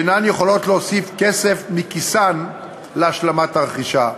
שאינן יכולות להוסיף כסף מכיסן להשלמת הרכישה,